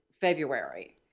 February